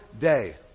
day